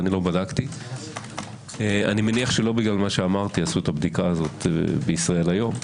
אני מניח שלא בגלל מה שאמרתי עשו את הבדיקה בישראל היום.